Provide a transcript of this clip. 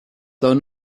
though